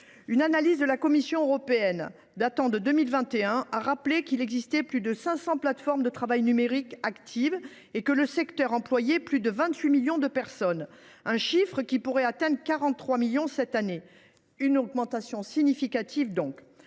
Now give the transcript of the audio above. Une analyse de la Commission européenne datant de 2021 a révélé qu’il existait plus de 500 plateformes de travail numériques actives et que le secteur employait plus de 28 millions de personnes, un chiffre qui pourrait atteindre les 43 millions cette année. C’est donc une augmentation significative !